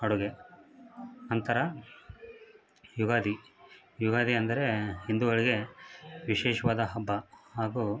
ಅಡುಗೆ ನಂತರ ಯುಗಾದಿ ಯುಗಾದಿ ಅಂದರೆ ಹಿಂದುಗಳಿಗೆ ವಿಶೇಷವಾದ ಹಬ್ಬ ಹಾಗೂ